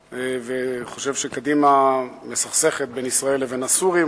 וחושב שקדימה מסכסכת בין ישראל לבין הסורים,